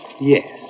Yes